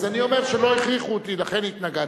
אז אני אומר שלא הכריחו אותי, לכן התנגדתי.